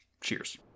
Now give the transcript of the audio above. cheers